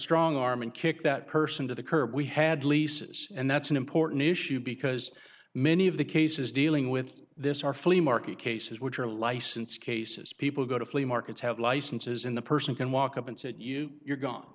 strong arm and kick that person to the curb we had leases and that's an important issue because many of the cases dealing with this are flea market cases which are license cases people go to flea markets have licenses in the person can walk up and sit you you're gone